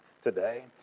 today